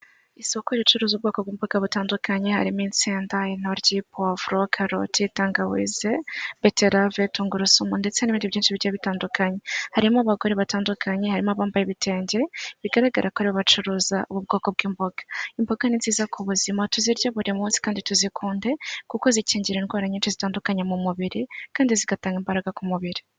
Isoko ricuruza ubwoko bw'mbaga butandukanye harimo intsindada, intoryi, okaroti, tangawize, beterave, na tungurusumu ndetse n'ibindi byinshi bigiye bitandukanye harimo abagore batandukanye, harimo abambaye ibitenge bigaragara ko ari abacuruza ubu bwoko bw'imboga. Imboga ni ubuzima tuziryaye buri munsi kandi tuzikunde kuko zikingira indwara nyinshi zitandukanye mu mubiri kandi zigatanga imbaraga ku mubiri.